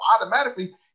automatically